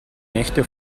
nächte